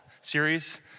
series